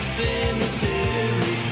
cemetery